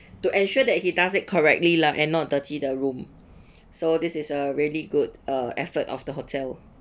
to ensure that he does it correctly lah and not dirty the room so this is a really good uh effort of the hotel